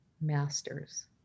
masters